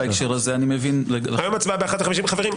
אני מבין מה שאדוני אומר.